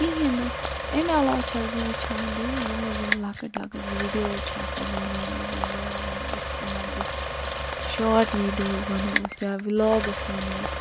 کِہیٖنۍ نہٕ امہِ علاوٕ چھَس بہٕ وٕچھان بیٚیہِ یِمہٕ یِم لَکٕٹۍ لَکٕٹۍ ویٖڈیوز چھِ آسان بَنٲومٕتٮ۪ن یا وَنو أسۍ یِمَن أزکہ شاٹ ویٖڈیوز وَنو أسۍ یا وِلاگٕس وَنو أسۍ